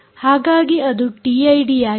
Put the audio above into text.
ಹಾಗಾಗಿ ಅದು ಟಿಐಡಿಯಾಗಿದೆ